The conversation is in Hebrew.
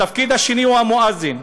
התפקיד השני הוא המואזין.